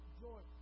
joy